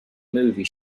movie